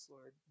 Lord